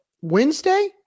Wednesday